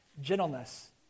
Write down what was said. gentleness